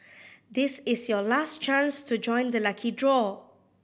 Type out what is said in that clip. this is your last chance to join the lucky draw